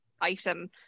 item